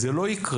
זה לא יקרה.